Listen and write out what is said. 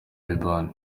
liban